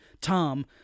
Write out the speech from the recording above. Tom